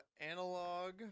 analog